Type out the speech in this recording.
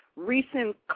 Recent